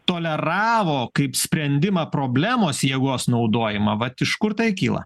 toleravo kaip sprendimą problemos jėgos naudojimą vat iš kur tai kyla